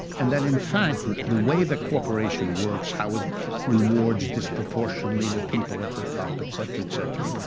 and that in fact, the way the corporation works, how it rewards disproportionately the people at the top, etc, etc,